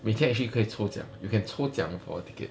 we can actually 可以抽奖 you can 抽奖 for a ticket